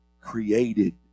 created